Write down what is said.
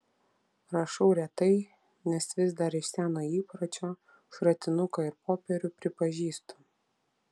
rašau retai nes vis dar iš seno įpročio šratinuką ir popierių pripažįstu